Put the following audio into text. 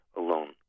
alone